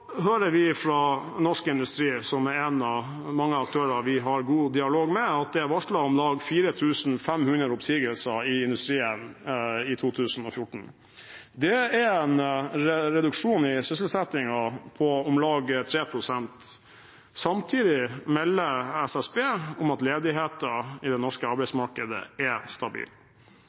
hører vi fra norsk industri, som er en av mange aktører vi har god dialog med, at det er varslet om lag 4 500 oppsigelser i denne industrien i 2014. Det er en reduksjon i sysselsettingen på om lag 3 pst. Samtidig melder SSB om at ledigheten i det norske arbeidsmarkedet er stabil.